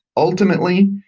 ultimately,